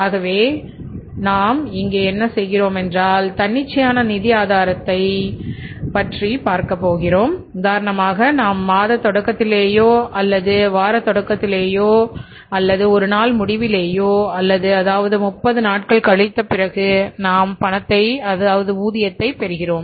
ஆகவே நாம் இங்கே என்ன செய்கிறோம் என்றால் தன்னிச்சையான நிதி ஆதாரத்தை தன்னிச்சையான நிதி ஆதாரத்தை பற்றி பார்க்க போகிறோம் உதாரணமாக நாம் மாத தொடக்கத்திலேயோ அல்லது வார தொடக்கத்திலேயோ அல்லது ஒரு நாள் முடிவிலேயோ அதாவது 30 நாட்கள் கழிந்த பிறகு நாம் பணத்தை ஊதியத்தை பெறுகிறோம்